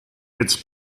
its